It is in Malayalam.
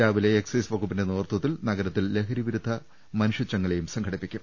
രാവിലെ എക്സൈസ് വകുപ്പിന്റെ നേതൃത്വത്തിൽ നഗരത്തിൽ ലഹരിവി രുദ്ധ മനുഷ്യചങ്ങലയും സംഘടിപ്പിക്കും